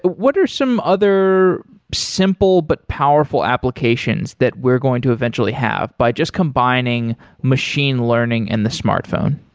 what are some other simple but powerful applications that we're going to eventually have by just combining machine learning and the smartphone?